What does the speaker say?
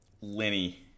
lenny